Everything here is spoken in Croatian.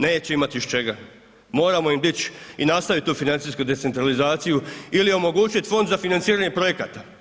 Neće imati iz čega, moramo im dići i nastaviti tu financijsku decentralizaciju ili omogućiti fond za financiranje projekata.